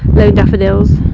daffodils.